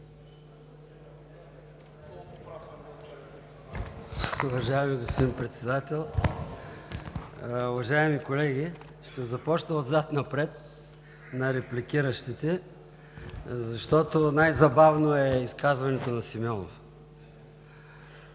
Уважаеми господин Председател, уважаеми колеги! Ще започна отзад напред на репликиращите, защото най-забавно е изказването на Симеонов.